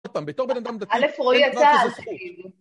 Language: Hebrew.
עוד פעם, בתור בן אדם דתי... אלף, רועי, אתה אל תגיד. אין לך איזה זכות.